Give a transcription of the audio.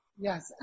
Yes